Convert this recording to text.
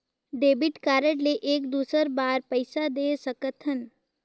Debit card ले एक दुसर बार पइसा दे सकथन?